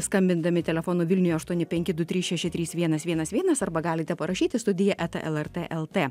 skambindami telefonu vilniuje aštuoni penki du trys šeši trys vienas vienas vienas arba galite parašyti studija eta lrt lt